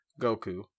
Goku